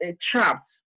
trapped